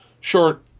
short